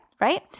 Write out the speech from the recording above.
right